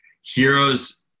heroes